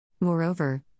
Moreover